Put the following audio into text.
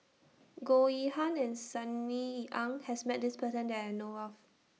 Goh Yihan and Sunny Ang has Met This Person that I know of